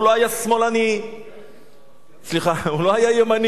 הוא לא היה שמאלני, סליחה, הוא לא היה ימני,